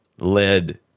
led